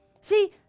See